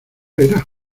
era